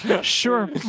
Sure